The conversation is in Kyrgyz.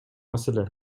маселе